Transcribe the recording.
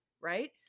Right